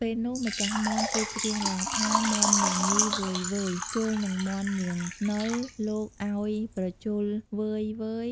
ពេលនោះ ម្ចាស់មាន់គេច្រៀងឡើងថា មាន់នាងនីវ៉ឺយៗ ជល់នឹងមាន់នាងនល់ លោកឲ្យ ប្រជល់ វ៉ឺយ